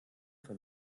von